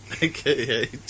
Aka